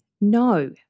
no